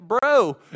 bro